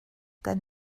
kan